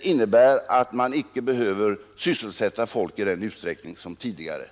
innebär att man icke behöver sysselsätta folk i samma utsträckning som tidigare.